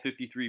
53